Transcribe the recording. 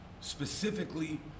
specifically